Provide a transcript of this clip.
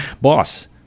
Boss